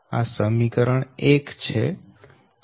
આ સમીકરણ 1 છે